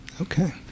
Okay